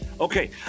Okay